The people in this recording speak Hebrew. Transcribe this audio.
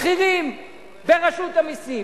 בכירים ברשות המסים,